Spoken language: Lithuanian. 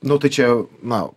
nu tai čia jau na